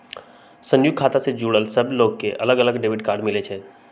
संयुक्त खाता से जुड़ल सब लोग के अलग अलग डेबिट कार्ड मिलई छई